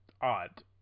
odd